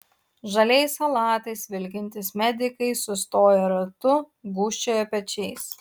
žaliais chalatais vilkintys medikai sustoję ratu gūžčioja pečiais